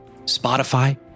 Spotify